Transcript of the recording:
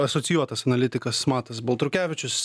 asocijuotas analitikas matas baltrukevičius